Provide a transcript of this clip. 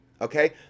Okay